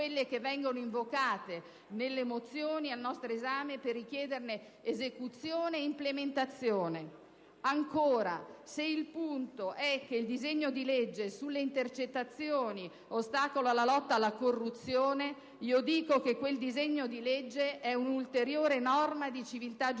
Ancora, se il punto è che il disegno di legge sulle intercettazioni ostacola la lotta alla corruzione, io dico che quel disegno di legge è un'ulteriore norma di civiltà giuridica,